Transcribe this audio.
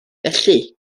felly